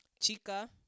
chica